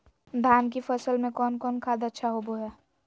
धान की फ़सल में कौन कौन खाद अच्छा होबो हाय?